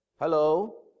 hello